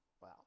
wow